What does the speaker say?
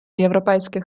європейських